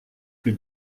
plus